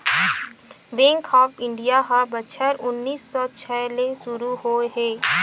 bank of India ह बछर उन्नीस सौ छै ले सुरू होए हे